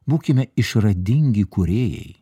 būkime išradingi kūrėjai